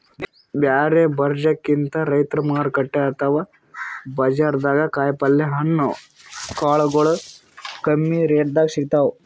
ಬ್ಯಾರೆ ಬಜಾರ್ಕಿಂತ್ ರೈತರ್ ಮಾರುಕಟ್ಟೆ ಅಥವಾ ಬಜಾರ್ದಾಗ ಕಾಯಿಪಲ್ಯ ಹಣ್ಣ ಕಾಳಗೊಳು ಕಮ್ಮಿ ರೆಟೆದಾಗ್ ಸಿಗ್ತಾವ್